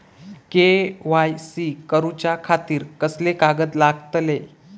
KYC करूच्या खातिर कसले कागद लागतले?